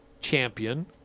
champion